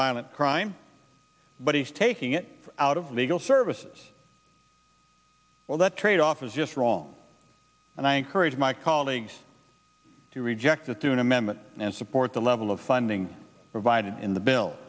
violent crime but he's taking it out of legal services well that tradeoff is just wrong and i encourage my colleagues to reject that through an amendment and support the level of funding provided in the bill